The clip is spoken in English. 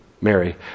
Mary